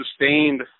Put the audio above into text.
sustained